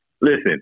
listen